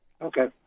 Okay